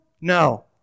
no